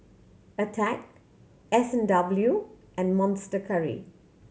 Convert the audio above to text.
Attack S and W and Monster Curry